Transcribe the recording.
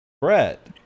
Brett